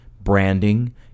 branding